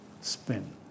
spin